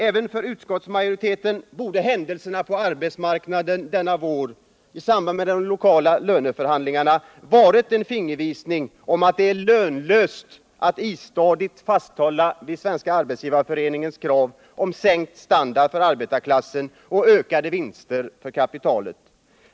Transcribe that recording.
Även för utskottsmajoriteten borde händelserna på arbetsmarknaden denna vår i samband med de lokala löneförhandlingarna ha varit en fingervisning om att det är lönlöst att istadigt fasthålla vid Svenska arbetsgivareföreningens krav på sänkt standard för arbetarklassen och ökade vinster för kapitalet.